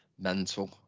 mental